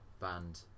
band